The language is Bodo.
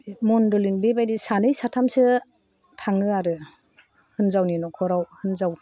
मण्डलिन बेबादि सानै साथामसो थाङो आरो हिन्जावनि नखराव हिन्जाव